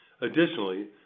Additionally